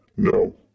No